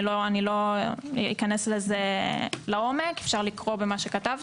אני לא אכנס לזה עכשיו לעומק אבל אפשר לקרוא את מה שכתבתי.